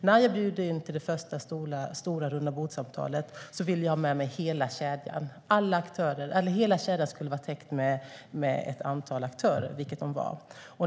När jag bjöd in till det första stora rundabordssamtalet ville jag ha med mig hela kedjan. Hela kedjan skulle vara täckt med ett antal aktörer.